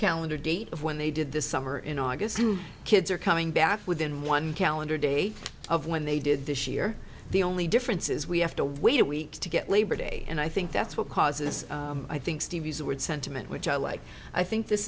calendar date of when they did this summer in august kids are coming back within one calendar day of when they did this year the only difference is we have to wait a week to get labor day and i think that's what causes i think steve used the word sentiment which i like i think this